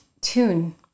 tune